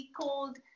called